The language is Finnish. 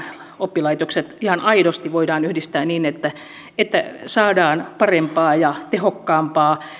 oppilaitokset ihan aidosti voidaan yhdistää niin että saadaan parempaa ja tehokkaampaa